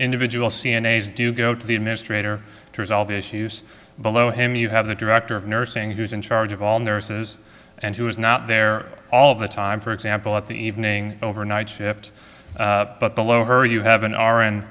individual c n a is do go to the administrator to resolve issues below him you have the director of nursing who's in charge of all nurses and who is not there all the time for example at the evening overnight shift but below her you have an r